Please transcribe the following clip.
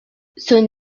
son